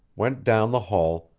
went down the hall,